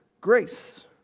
grace